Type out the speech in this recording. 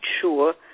sure